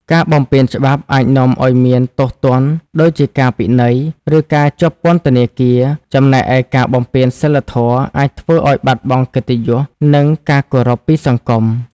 ការបំពានច្បាប់អាចនាំឲ្យមានទោសទណ្ឌដូចជាការពិន័យ ឬការជាប់ពន្ធនាគារ ចំណែកឯការបំពានសីលធម៌អាចធ្វើឲ្យបាត់បង់កិត្តិយស និងការគោរពពីសង្គម។